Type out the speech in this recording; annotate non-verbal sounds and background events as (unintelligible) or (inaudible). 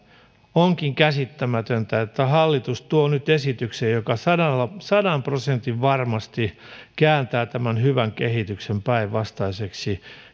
onkin käsittämätöntä että hallitus tuo nyt esityksen joka sadan prosentin (unintelligible) (unintelligible) varmuudella kääntää tämän hyvän kehityksen päinvastaiseksi